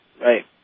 Right